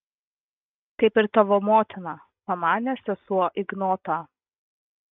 kaip ir tavo motina pamanė sesuo ignotą